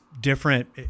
different